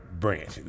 Branch